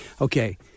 okay